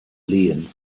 lehen